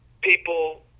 people